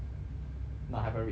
nah haven't reach at don't need look